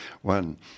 One